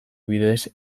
bidez